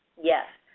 yes,